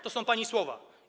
To są pani słowa.